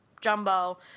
jumbo